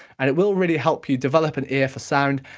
and it will really help you develop an ear for sound,